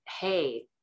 hey